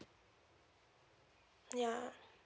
yeah